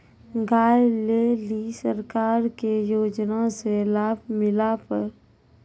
गाय ले ली सरकार के योजना से लाभ मिला पर?